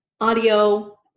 audio